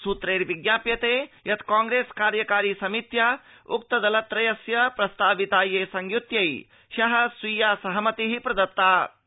स्त्रैः विज्ञाप्यते यत् कांप्रेस् कार्यकारिसमित्या उक्तदलत्रयस्य प्रस्तावितायै संयुत्यै द्यः स्वीया सहमतिः प्रदत्तास्ति